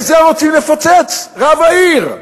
את זה רוצים לפוצץ, רב העיר,